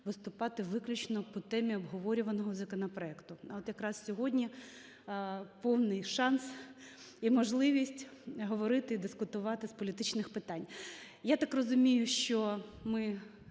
вступати виключно по темі обговорюваного законопроекту. А от якраз сьогодні повний шанс і можливість говорити і дискувати з політичних питань. Я так розумію, що ми